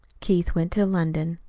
keith went to london.